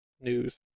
news